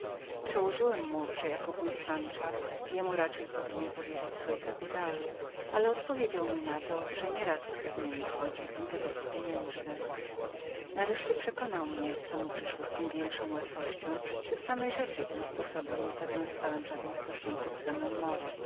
przełożyłem mu że jako wuj sansza jemu raczej powinien był powierzyć swoje kapitały ale odpowiedział mi na to że nie rad z krewnymi wchodził w interesa pieniężne nareszcie przekonał mnie co mu przyszło z tem większą łatwością że w samej rzeczy tym sposobem nie zawiązywałem żadnych stosunków z domem